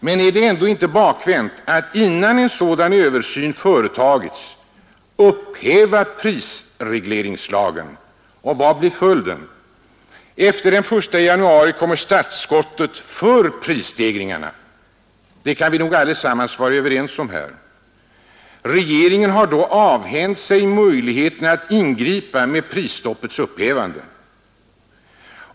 Men är det ändå inte bakvänt att innan en sådan översyn företagits upphäva prisregleringslagen? Vad blir följden? Efter den 1 januari kommer startskottet för prisstegringarna — det kan vi nog allesammans vara överens om. Regeringen har då avhänt sig möjligheterna att ingripa mot prisstoppets upphävande.